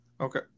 Okay